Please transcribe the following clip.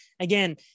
again